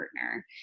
partner